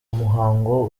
muhango